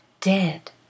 dead